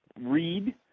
read